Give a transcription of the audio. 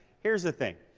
here's the thing.